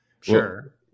Sure